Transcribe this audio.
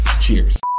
Cheers